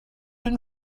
une